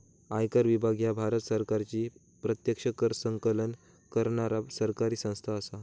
आयकर विभाग ह्या भारत सरकारची प्रत्यक्ष कर संकलन करणारा सरकारी संस्था असा